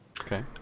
Okay